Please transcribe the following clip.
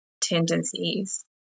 tendencies